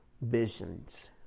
visions